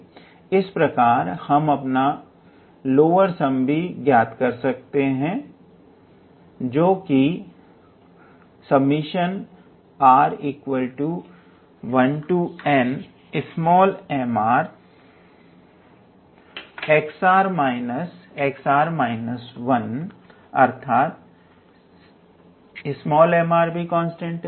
इसी प्रकार हम अपना लोअर सम भी ज्ञात कर सकते हैं जो कि अर्थात है